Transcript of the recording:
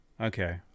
Okay